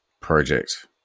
project